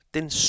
den